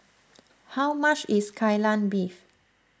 how much is Kai Lan Beef